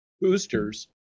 boosters